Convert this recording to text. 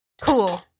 Cool